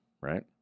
right